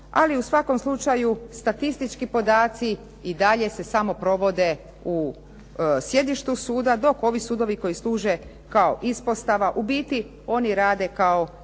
ali u svakom slučaju statistički podaci i dalje se samo provode u sjedištu suda, dok ovi sudovi koji služe kao ispostava, u biti oni rade kao